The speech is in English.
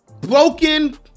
broken